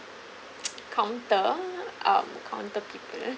counter um counter people